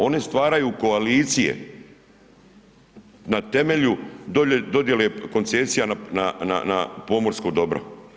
One stvaraju koalicije na temelju dodjele koncesija na pomorsko dobro.